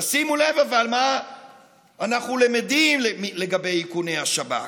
אבל שימו לב מה אנחנו למדים לגבי איכוני השב"כ.